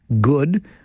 good